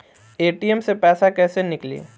ATM से पैसा कैसे नीकली?